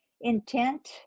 intent